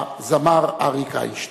הזמר אריק איינשטיין.